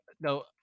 no